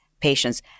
patients